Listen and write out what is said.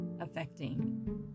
affecting